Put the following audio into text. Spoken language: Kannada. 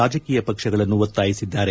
ರಾಜಕೀಯ ಪಕ್ಷಗಳನ್ನು ಒತ್ತಾಯಿಸಿದ್ದಾರೆ